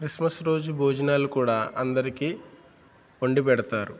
Christmas రోజు భోజనాలు కూడా అందరికి వండిపెడతారు